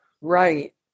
Right